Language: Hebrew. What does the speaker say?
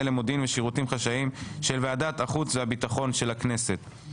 למודיעין ושירותים חשאיים של ועדת החוץ והביטחון של הכנסת.